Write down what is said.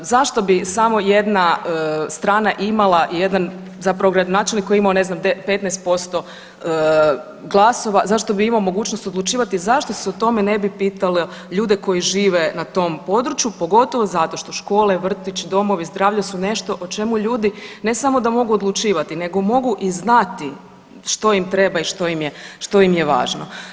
Zašto bi samo jedna strana imala jedan zapravo gradonačelnik koji je imao ne znam 15% glasova zašto bi imao mogućnost odlučivati, zašto se o tome ne bi pitalo ljude koji žive na tom području, pogotovo što škole, vrtić, domovi zdravlja su nešto o čemu ljudi ne samo da mogu odlučivati nego mogu i znati što im treba i što im je važno.